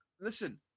listen